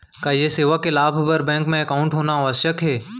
का ये सेवा के लाभ बर बैंक मा एकाउंट होना आवश्यक हे